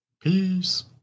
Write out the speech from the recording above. Peace